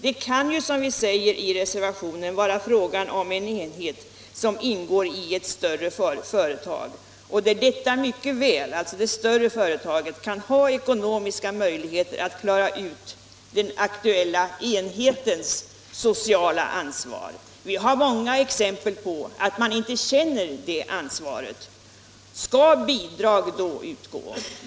Det kan, som vi säger i — der, m.m. reservationen, vara fråga om en enhet som ingår i ett större företag, där det större företaget mycket väl kan ha ekonomiska möjligheter att klara ut den aktuella enhetens sociala ansvar. Vi har många exempel på att man inte alltid känner det ansvaret. Skall bidrag då utgå?